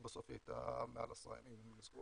ובסוף היא הייתה מעל ל-10 ימים.